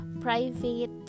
private